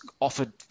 offered